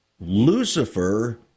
Lucifer